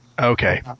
Okay